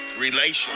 relations